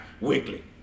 Weekly